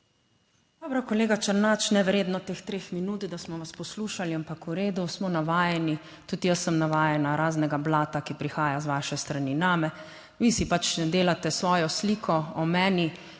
Dobro, kolega Černač, nevredno teh 3 minut, da smo vas poslušali, ampak, v redu, smo navajeni. Tudi jaz sem navajena raznega blata, ki prihaja z vaše strani name. Vi si pač ne delate svojo sliko o meni,